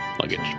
luggage